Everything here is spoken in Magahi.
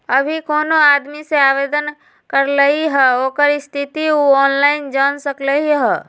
अभी कोनो आदमी जे आवेदन करलई ह ओकर स्थिति उ ऑनलाइन जान सकलई ह